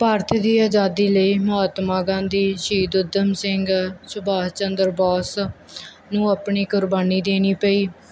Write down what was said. ਭਾਰਤ ਦੀ ਆਜ਼ਾਦੀ ਲਈ ਮਹਾਤਮਾ ਗਾਂਧੀ ਸ਼ਹੀਦ ਊਧਮ ਸਿੰਘ ਸ਼ੁਭਾਸ ਚੰਦਰ ਬੋਸ ਨੂੰ ਆਪਣੀ ਕੁਰਬਾਨੀ ਦੇਣੀ ਪਈ